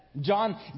John